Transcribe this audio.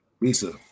Lisa